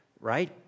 Right